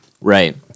Right